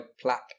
plaque